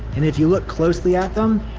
and if you look closely at them,